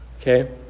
Okay